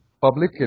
public